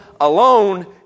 alone